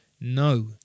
No